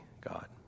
God